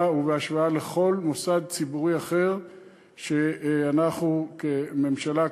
ובהשוואה לכל מוסד ציבורי אחר שאנחנו כממשלה,